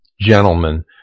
gentlemen